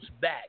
back